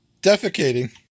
Defecating